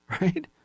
Right